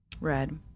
Red